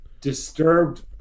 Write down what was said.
disturbed